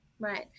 Right